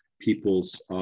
people's